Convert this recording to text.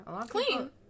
Clean